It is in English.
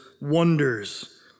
wonders